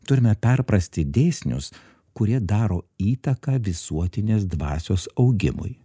turime perprasti dėsnius kurie daro įtaką visuotinės dvasios augimui